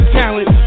talent